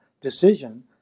decision